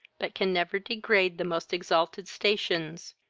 but can never degrade the most exalted stations,